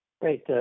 Great